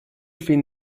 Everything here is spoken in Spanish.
fin